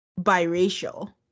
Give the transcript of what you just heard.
biracial